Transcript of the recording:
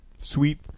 sweet